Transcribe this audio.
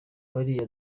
buriya